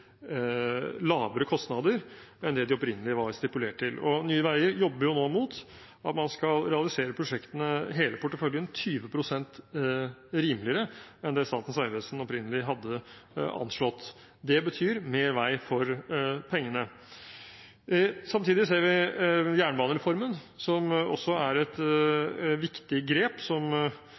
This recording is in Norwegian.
lavere kostnader enn de opprinnelig var stipulert til. Nye Veier jobber nå mot at man skal realisere prosjektene – hele porteføljen – 20 pst. rimeligere enn Statens vegvesen opprinnelig hadde anslått. Det betyr mer vei for pengene. Samtidig har vi jernbanereformen, som også er et viktig grep som